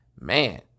man